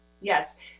Yes